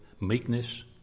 meekness